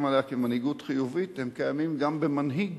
עליה כמנהיגות חיובית קיימים גם במנהיג